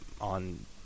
on